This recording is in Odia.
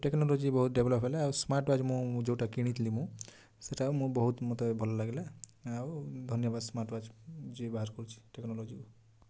ଟେକ୍ନୋଲୋଜି ବହୁତ ଡେଭଲପ୍ ହେଲା ଆଉ ସ୍ମାର୍ଟୱାଚ୍ ମୁଁ ଯେଉଁଟା କିଣିଥିଲି ମୁଁ ସେଇଟା ମୁଁ ବହୁତ ମୋତେ ଭଲ ଲାଗିଲା ଆଉ ଧନ୍ୟବାଦ ସ୍ମାର୍ଟୱାଚ୍ ଯିଏ ବାହାର କରିଛି ଟେକ୍ନୋଲୋଜିକୁ